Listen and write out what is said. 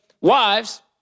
wives